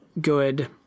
good